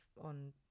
on